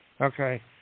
Okay